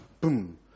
boom